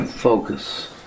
focus